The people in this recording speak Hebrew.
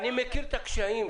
אני מכיר את הקשיים.